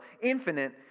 infinite